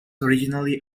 originally